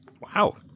Wow